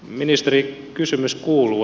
ministeri kysymys kuuluu